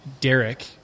Derek